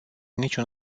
niciun